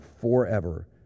forever